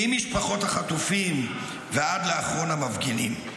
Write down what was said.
ממשפחות החטופים ועד לאחרון המפגינים.